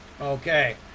Okay